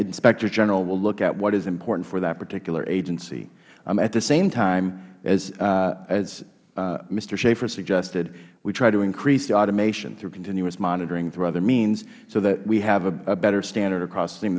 inspector general will look at what is important for that particular agency at the same time as mister schaffer suggested we try to increase automation through continuous monitoring through other means that we have a better standard across